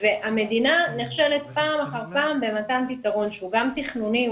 והמדינה נכשלת פעם אחר פעם במתן פתרון שהוא גם תכנוני,